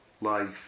life